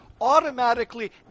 automatically